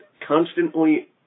constantly